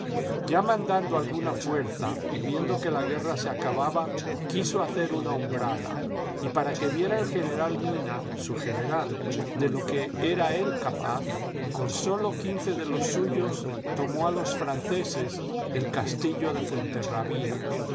ya mandando alguna fuerza y viendo que la guerra se acababa quiso hacer una hombrada y para que viera el general mina su general de lo que era él capaz con sólo quince de los suyos tomó a ios franceses el castillo de fuenterrabía